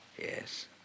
Yes